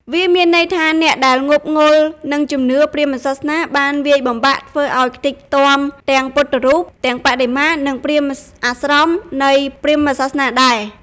វាមានន័យថាអ្នកដែលងប់ងល់នឹងជំនឿព្រាហ្មណ៍សាសនាបានវាយបំបាក់ធ្វើឱ្យខ្ទេចខ្ទាំទាំងពុទ្ធរូប ទាំងបដិមា និងព្រាហ្មណ៍អាស្រមនៃព្រាហ្មណ៍សាសនាដែរ។។